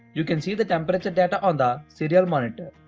you can see the temperature data on the serial monitor.